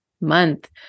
month